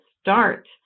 start